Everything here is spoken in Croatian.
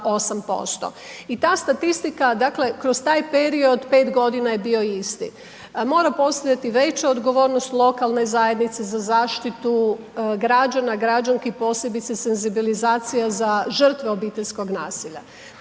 I ta statistika dakle kroz taj period 5 godina je bio isti. Mora postojati veća odgovornost lokalne zajednice za zaštitu građana, građanki posebice senzibilizacija za žrtve obiteljskog nasilja.